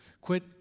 quit